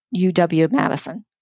UW-Madison